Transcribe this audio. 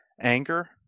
anger